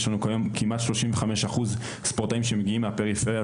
יש לנו כיום כמעט 35% ספורטאים שמגיעים מהפריפריה,